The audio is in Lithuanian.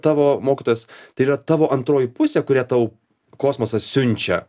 tavo mokytojas tai yra tavo antroji pusė kurią tau kosmosas siunčia